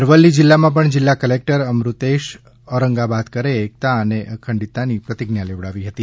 અરવલ્લી જીલ્લામાં પણ જીલ્લા કલેકટર અમૃતેશ ઔરંગાબાદકરે એકતા અને અખંડિતતાની પ્રતિજ્ઞા લેવડાવી હતી